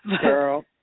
Girl